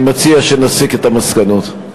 אני מציע שנסיק את המסקנות.